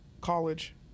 college